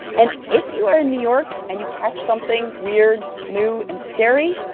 and if you are in new york and you catch something weird, new and scary,